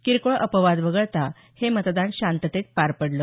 किरकोळ अपवाद वगळता हे मतदान शांततेत पार पडलं